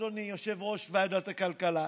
אדוני יושב-ראש ועדת הכלכלה.